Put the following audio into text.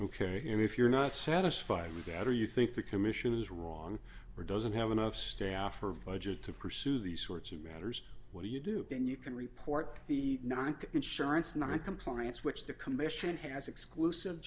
ok and if you're not satisfied would gather you think the commission is wrong or doesn't have enough staff or vij it to pursue these sorts of matters what do you do then you can report the ninth insurance noncompliance which the commission has exclusive